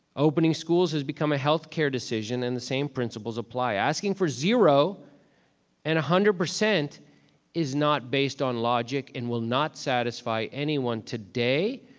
opening schools has become a healthcare decision and the same principles apply. asking for zero and one hundred percent is not based on logic and will not satisfy anyone today,